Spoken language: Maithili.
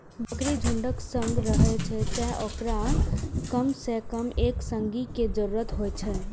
बकरी झुंडक संग रहै छै, तें ओकरा कम सं कम एक संगी के जरूरत होइ छै